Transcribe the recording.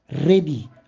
ready